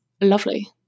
lovely